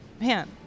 Man